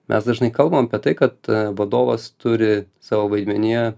mes dažnai kalbam apie tai kad vadovas turi savo vaidmenyje